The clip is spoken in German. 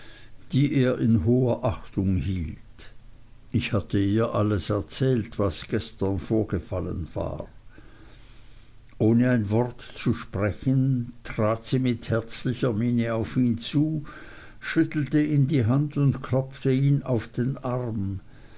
die er in hoher achtung hielt ich hatte ihr alles erzählt was gestern vorgefallen war ohne ein wort zu sprechen trat sie mit herzlicher miene auf ihn zu schüttelte ihm die hand und klopfte ihn auf den arm